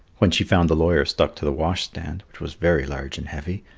when she found the lawyer stuck to the wash-stand, which was very large and heavy,